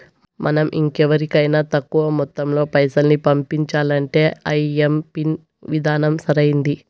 మనం ఇంకెవరికైనా తక్కువ మొత్తంలో పైసల్ని పంపించాలంటే ఐఎంపిన్ విధానం సరైంది